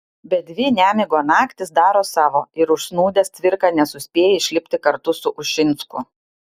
bet dvi nemigo naktys daro savo ir užsnūdęs cvirka nesuspėja išlipti kartu su ušinsku